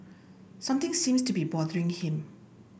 something seems to be bothering him